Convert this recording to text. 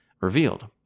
revealed